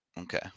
okay